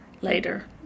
later